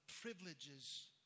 privileges